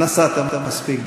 נשאת מספיק דברים.